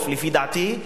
לפי דעתי,